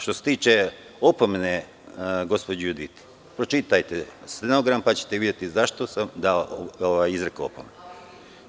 Što se tiče opomene gospođi Juditi, pročitajte stenogram, pa ćete videti zašto sam izrekao opomenu.